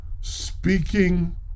speaking